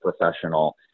professional